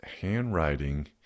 handwriting